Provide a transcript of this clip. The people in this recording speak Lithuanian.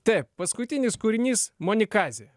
taip paskutinis kūrinys pmonikazė